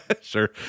sure